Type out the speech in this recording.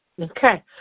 Okay